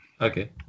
Okay